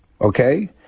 okay